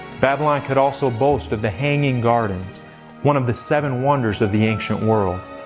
babylon could also boast of the hanging gardens one of the seven wonders of the ancient world.